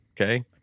Okay